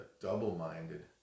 double-minded